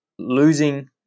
Losing